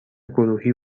گروهی